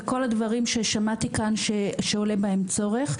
לכל הדברים ששמעתי כאן שעולה בהם צורך,